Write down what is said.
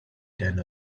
than